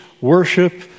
worship